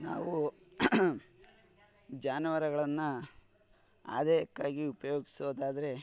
ನಾವು ಜಾನುವಾರುಗಳನ್ನ ಆದಾಯಕ್ಕಾಗಿ ಉಪಯೋಗ್ಸೋದಾದ್ರೆ